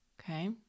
okay